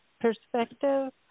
perspective